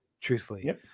Truthfully